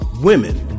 Women